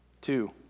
Two